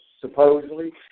supposedly